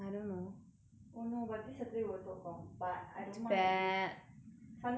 oh no but this saturday 我有做工 but I don't mind if we sunday 你有没有做工